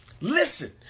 listen